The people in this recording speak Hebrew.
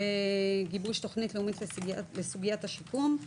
גיבוש תוכנית לאומית לסוגיית השיקום.